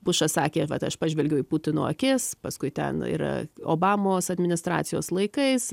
bušas sakė vat aš pažvelgiau į putino akis paskui ten ir obamos administracijos laikais